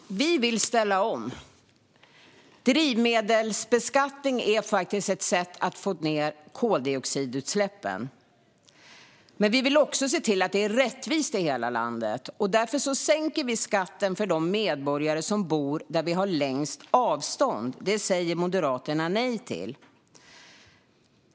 Fru talman! Vi vill ställa om. Drivmedelsbeskattning är faktiskt ett sätt att få ned koldioxidutsläppen. Men vi vill också se till att det är rättvist i hela landet. Därför sänker vi skatten för de medborgare som bor där vi har längst avstånd. Det säger Moderaterna nej till.